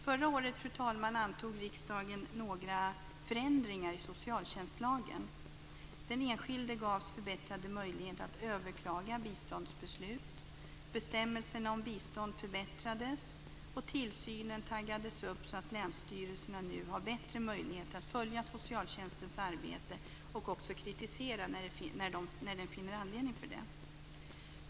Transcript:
Förra året antog riksdagen några förändringar i socialtjänstlagen. Den enskilde gavs förbättrade möjligheter att överklaga biståndsbeslut, bestämmelserna om bistånd förbättrades och tillsynen taggades upp så att länsstyrelserna nu har bättre möjligheter att följa socialtjänstens arbete och kritisera när den finner anledning för det.